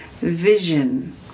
vision